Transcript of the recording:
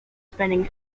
spending